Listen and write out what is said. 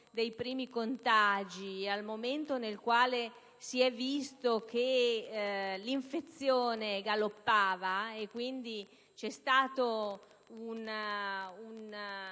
dei primi contagi e al momento nel quale si è visto che l'infezione galoppava e quindi vi è stato un